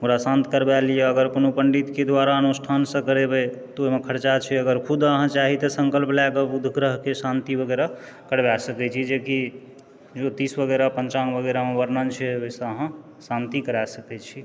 ओकरा शान्त करबा लिअ अगर कोनो पण्डितके द्वारा अनुष्ठान से करैबे तऽ ओहिमे खर्चा छै अगर खुद अहाँ चाही तऽ सङ्कल्प लए कऽ बुध ग्रहके शान्ति वगैरह करबाए सकै छी जे कि ज्योतिष वगैरह पञ्चाङ्ग वगैरहमे वर्णन छै ओहिसँ अहाँ शान्ति करा सकैत छी